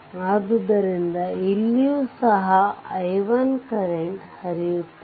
ಆದ್ದರಿಂದ ಇಲ್ಲಿಯೂ ಸಹ i1 ಕರೆಂಟ್ ಹರಿಯುತ್ತಿದೆ